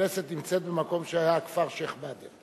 הכנסת נמצאת במקום שהיה הכפר שיח'-באדר.